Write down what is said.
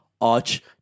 Arch